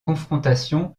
confrontations